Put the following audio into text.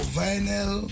vinyl